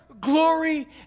glory